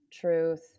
truth